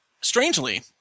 Strangely